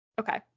okay